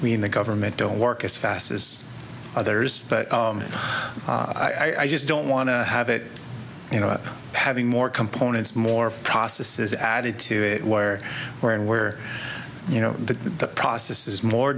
we in the government don't work as fast as others but i just don't want to have it you know having more components more processes added to it where where and where you know the process is more